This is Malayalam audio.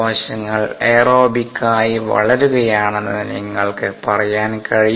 കോശങ്ങൾ എയറോബിക്കായി വളരുകയാണെന്ന് നിങ്ങൾക്ക് പറയാൻ കഴിയും